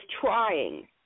trying